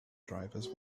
drivers